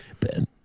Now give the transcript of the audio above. Ben